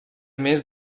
més